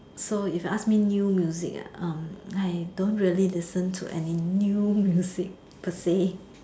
so if you ask me new music um I don't really listen to any new music per say